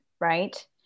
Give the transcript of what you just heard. Right